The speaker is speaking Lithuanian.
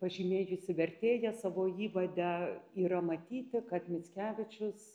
pažymėjusi vertėja savo įvade yra matyti kad mickevičius